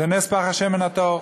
זה נס פך השמן הטהור.